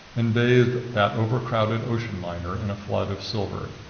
and bathed that over-crowded ocean liner in a flood of silver.